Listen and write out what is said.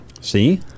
see